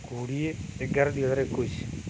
କୋଡ଼ିଏ ଏଗାର ଦୁଇ ହଜାର ଏକୋଇଶ